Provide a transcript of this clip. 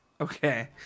Okay